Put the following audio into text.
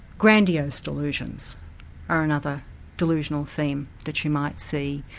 grandiose delusions are another delusional theme that you might see.